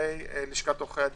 נציגי לשכת עורכי הדין,